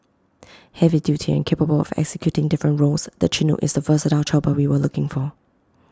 heavy duty and capable of executing different roles the Chinook is the versatile chopper we were looking for